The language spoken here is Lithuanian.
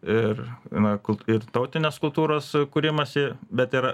ir na ir tautinės kultūros kūrimąsi bet ir